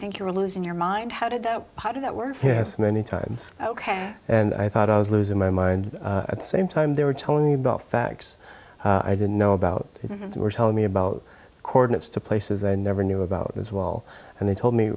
think you're losing your mind how did that how did that work many times ok and i thought i was losing my mind at the same time they were telling me about facts i didn't know about were telling me about coordinates to places i never knew about as well and they told me